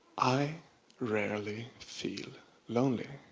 i rarely feel lonely.